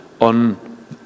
on